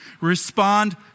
Respond